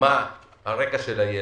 מה הרקע של הילד.